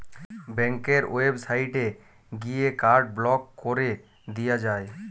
ব্যাংকের ওয়েবসাইটে গিয়ে কার্ড ব্লক কোরে দিয়া যায়